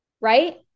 right